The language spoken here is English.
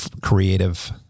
creative